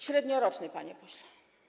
Średnioroczny, panie pośle.